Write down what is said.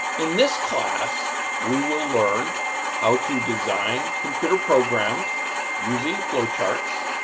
in this class we will learn how to design computer programs using flowcharts.